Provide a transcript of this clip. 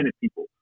people